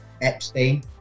Epstein